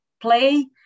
play